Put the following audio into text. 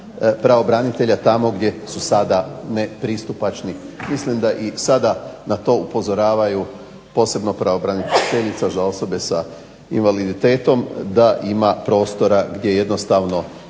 pravobranitelja tamo gdje su sada nepristupačni. Mislim da i sada na to upozoravaju posebno pravobraniteljica za osobe sa invaliditetom da ima prostora gdje jednostavno